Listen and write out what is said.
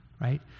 right